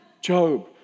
Job